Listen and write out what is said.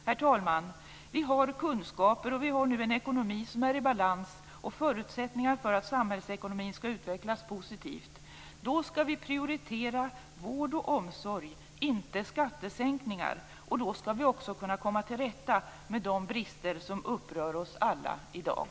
Herr talman! Vi har kunskaper, och vi har nu en ekonomi som är i balans och förutsättningar för att samhällsekonomin skall utvecklas positivt. Då skall vi prioritera vård och omsorg, inte skattesänkningar, och då skall vi också kunna komma till rätta med de brister som upprör oss alla i dag.